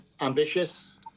ambitious